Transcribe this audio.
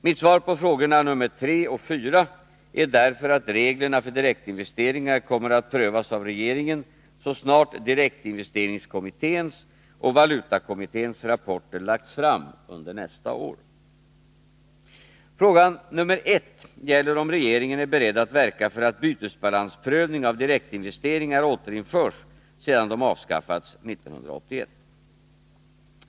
Mitt svar på frågorna 3 och 4 är därför att reglerna för direktinvesteringar kommer att prövas av regeringen så snart direktinvesteringskommitténs och valutakommitténs rapporter lagts fram under nästa år. Fråga 1 gäller om regeringen är beredd att verka för att bytesbalansprövning av direktinvesteringar återinförs sedan de avskaffats 1981.